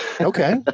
Okay